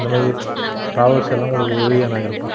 இந்த மாதிரி ட்ராவல்ஸ் எல்லாம் உங்களுக்கு உதவியாக நான் இருப்பேன்